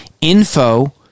info